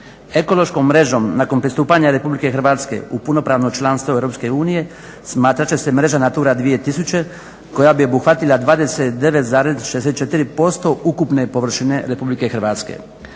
Ekološkom mrežom nakon pristupanja RH u punopravno članstvo EU smatrat će se mreža NATURA 2000 koja bi obuhvatila 29,64% ukupne površine RH.